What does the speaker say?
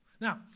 Now